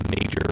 major